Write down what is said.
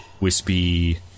wispy